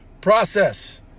process